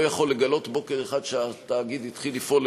לא יכול לגלות בוקר אחד שהתאגיד התחיל לפעול,